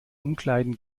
umkleiden